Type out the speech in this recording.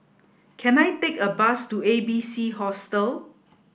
can I take a bus to A B C Hostel